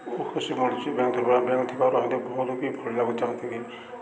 ଖୁସି ବଢ଼ିଛି bank bank ଥିବାରୁ ବହୁତ ବି ଭଲ ଲାଗୁଛନ୍ତି